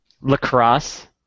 Lacrosse